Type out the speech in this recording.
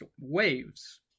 waves